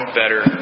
better